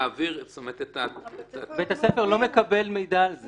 -- מעביר --- בית הספר לא מקבל מידע על זה.